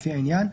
לפי העניין,